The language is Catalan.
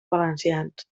valencians